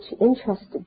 interested